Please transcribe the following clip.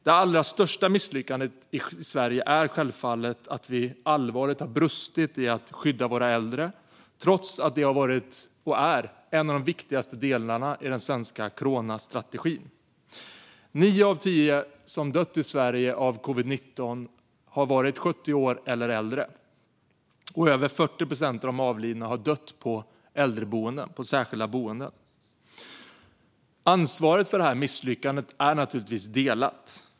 Det allra största misslyckandet i Sverige är självfallet att vi allvarligt brustit i att skydda våra äldre trots att det varit och är en av de viktigaste delarna i den svenska coronastrategin. Nio av tio som dött i covid-19 i Sverige har varit 70 år eller äldre, och över 40 procent av de avlidna har bott på äldreboenden, på särskilda boenden. Ansvaret för detta misslyckande är naturligtvis delat.